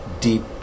deep